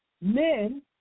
Men